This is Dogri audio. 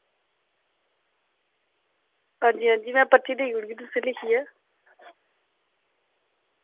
हां जी हां जी मैं पर्ची देई ओड़गी तुसें गी लिखियै